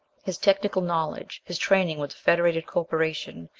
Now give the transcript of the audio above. his technical knowledge, his training with the federated corporation,